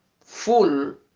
full